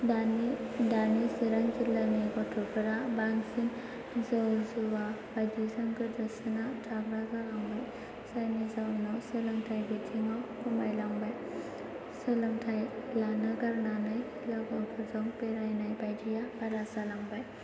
दानि चिरां जिल्लानि गथ'फोरा बांसिन जौ जुवा बायदिजों गोदोसोना थाग्रा जालांबाय जायनि जाहोनाव सोलोंथाय बिथिंआव खमाय लांबाय सोलोंथाय लानो गारनानै लाब्लाबो जों बेरायनाय बायदिया बारा जालांबाय